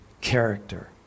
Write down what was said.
character